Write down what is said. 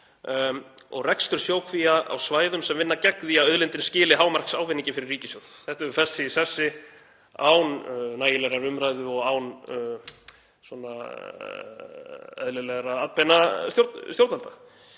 og rekstur sjókvía á svæðum sem vinna gegn því að auðlindin skili hámarksávinningi fyrir ríkissjóð; þetta hefur fest sig í sessi án nægilegrar umræðu og án eðlilegs atbeina stjórnvalda.